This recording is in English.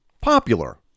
popular